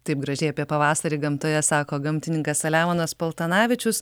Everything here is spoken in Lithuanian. taip gražiai apie pavasarį gamtoje sako gamtininkas saliamonas paltanavičius